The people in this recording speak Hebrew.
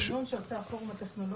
זה הסינון שעושה הפורום הטכנולוגי?